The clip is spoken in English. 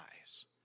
eyes